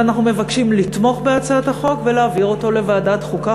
ואנחנו מבקשים לתמוך בהצעת החוק ולהעביר אותה לוועדת החוקה,